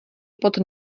pod